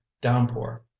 downpour